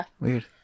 Weird